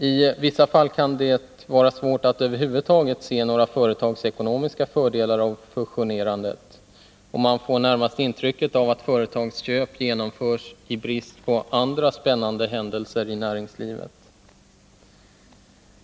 I vissa fall kan det vara svårt att över huvud taget se några företagsekonomiska fördelar av fusionerandet, och man får närmast intrycket att företagsköp genomförs i brist på andra spännande händelser i näringslivet.